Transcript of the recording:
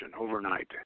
overnight